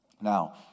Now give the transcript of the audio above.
Now